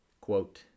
Quote